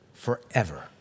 Forever